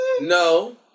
no